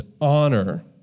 honor